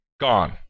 gone